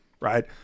Right